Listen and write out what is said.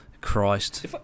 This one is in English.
Christ